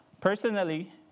personally